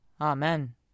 Amen